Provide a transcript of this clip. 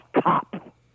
cop